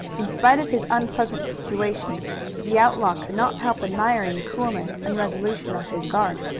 in spite of his unpleasant situation the outlaw could not help admiring the coolness and resolution of his guard.